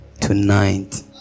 Tonight